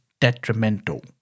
detrimental